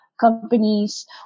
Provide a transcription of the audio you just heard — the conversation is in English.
companies